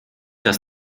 das